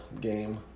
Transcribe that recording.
game